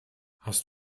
hast